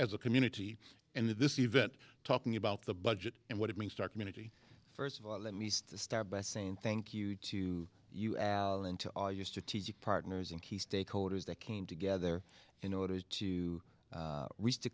as a community and in this event talking about the budget and what it means to our community first of all let me just start by saying thank you to you al and to all your strategic partners and key stakeholders that came together in order to reach the